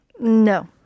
No